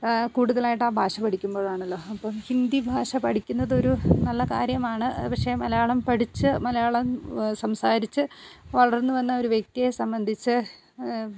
കൂടുതലായിട്ട് ആ ഭാഷ പഠിക്കുമ്പോഴാണല്ലോ അപ്പം ഹിന്ദി ഭാഷ പഠിക്കുന്നത് ഒരു നല്ല കാര്യമാണ് പക്ഷെ മലയാളം പഠിച്ചു മലയാളം സംസാരിച്ചു വളർന്നു വന്ന ഒരു വ്യക്തിയെ സംബന്ധിച്ചു